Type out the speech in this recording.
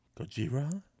Gojira